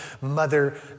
mother